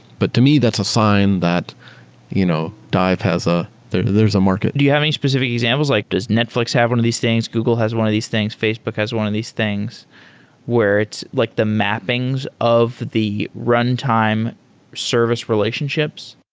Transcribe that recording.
but to me, that's a sign that you know dive has ah a there's a market do you have any specifi c examples? like does netfl ix have one of these things? google has one of these things? facebook has one of these things where it's like the mappings of the runtime service relationships?